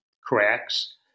cracks